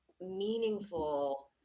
meaningful